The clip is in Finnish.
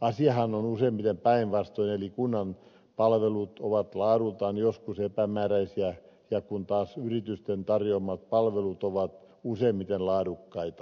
asiahan on useimmiten päinvastoin eli kunnan palvelut ovat laadultaan joskus epämääräisiä kun taas yritysten tarjoamat palvelut ovat useimmiten laadukkaita